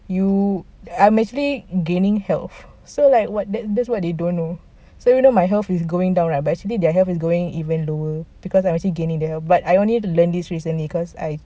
you I'm actually gaining health so like what that that's what they don't know so you know my health is going down right but actually their health is going even lower because I'm actually gaining theirs but I only learn this recently cause I